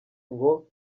ngo